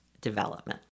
development